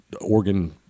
organ